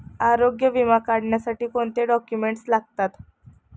आरोग्य विमा काढण्यासाठी कोणते डॉक्युमेंट्स लागतात?